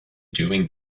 doing